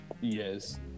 Yes